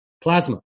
Plasma